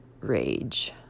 rage